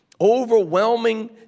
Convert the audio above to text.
overwhelming